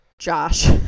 josh